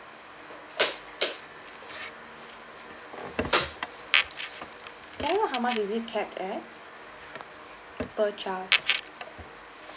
can I know how much is it cap at per child